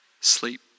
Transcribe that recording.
sleep